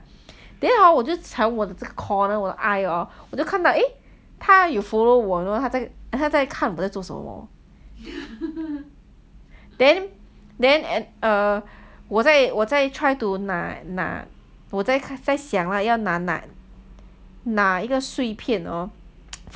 then hor 我就看我的 corner of 我的 eye hor 我就看到 eh 他有 follow 我 lor 他在他在看我在做什么 then then at err 我在我在 try to 拿我在想 lah 要难拿拿一个碎片 hor 放在那个 rubbish bin hor 是最明显是我已经在把他